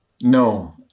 no